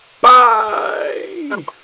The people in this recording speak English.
Bye